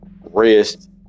rest